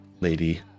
Lady